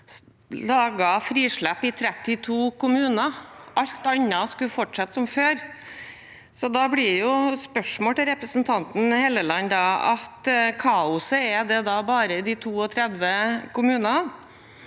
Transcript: laget frislepp i 32 kommuner, alt annet skulle fortsette som før. Da blir spørsmålet til representanten Helleland: Er kaoset bare i de 32 kommunene,